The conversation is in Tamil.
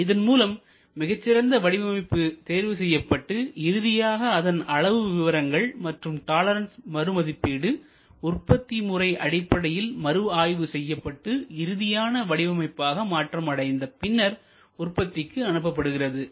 இதன் மூலம் மிகச் சிறந்த வடிவமைப்பு தேர்வு செய்யப்பட்டு இறுதியாக அதன் அளவு விபரங்கள் மற்றும் டாலரன்ஸ் மறுமதிப்பீடு உற்பத்தி முறை அடிப்படையில் மறுஆய்வு செய்யப்பட்டு இறுதியான வடிவமைப்பாக மாற்றம் அடைந்து பின்னர் உற்பத்திக்கு அனுப்பப்படுகிறது